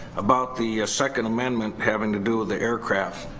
about the second amendment having to do with the aircraft.